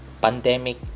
pandemic